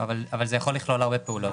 אבל זה יכול לכלול הרבה פעולות.